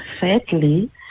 thirdly